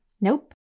Nope